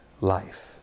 life